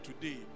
today